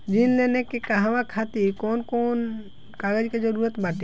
ऋण लेने के कहवा खातिर कौन कोन कागज के जररूत बाटे?